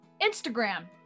Instagram